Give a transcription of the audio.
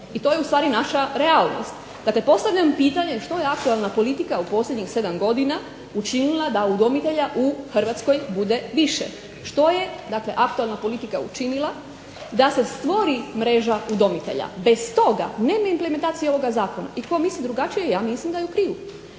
i to je u stvari naša realnost. Dakle, postavljam pitanje što je aktualna politika u posljednjih 7 godina učinila da udomitelja u Hrvatskoj bude više? Što je dakle aktualna politika učinila da se stvori mreža udomitelja. Bez toga nema implementacije ovoga Zakona. I tko misli drugačije ja mislim da je krivu.